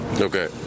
okay